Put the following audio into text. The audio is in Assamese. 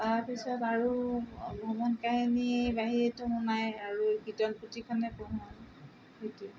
তাৰপিছত আৰু ভ্ৰমণ কাহিনীৰ বাহিৰেতো নাই আৰু কীৰ্তন পুথিখনে পঢ়োঁ সেইটোৱে